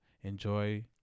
enjoy